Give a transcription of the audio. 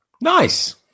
Nice